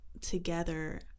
together